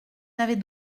n’avez